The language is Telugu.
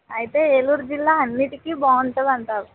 అయితే ఏలూరు జిల్లా అన్నింటికి బావుంటుంది అంటారు